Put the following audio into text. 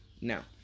Now